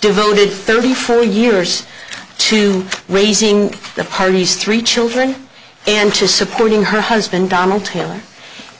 devoted thirty four years to raising the parties three children and to supporting her husband donald miller